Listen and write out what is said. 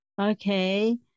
Okay